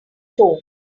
torn